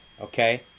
okay